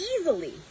easily